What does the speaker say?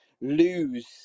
lose